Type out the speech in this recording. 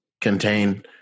Contain